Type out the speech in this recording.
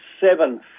seven